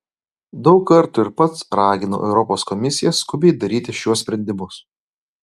daug kartų ir pats raginau europos komisiją skubiai daryti šiuos sprendimus